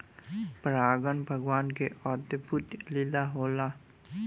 परागन भगवान के अद्भुत लीला होला